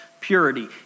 Purity